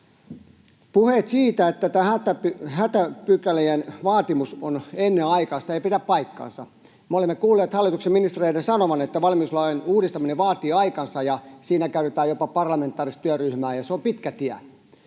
Puheet siitä, että tämä hätäpykälien vaatimus on ennenaikainen, eivät pidä paikkaansa. Me olemme kuulleet hallituksen ministereiden sanovan, että valmiuslain uudistaminen vaatii aikansa ja siinä käytetään jopa parlamentaarista työryhmää ja se on pitkä tie.